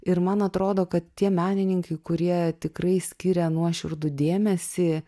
ir man atrodo kad tie menininkai kurie tikrai skiria nuoširdų dėmesį